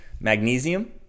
magnesium